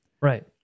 right